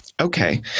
okay